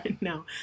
no